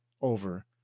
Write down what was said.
over